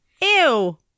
Ew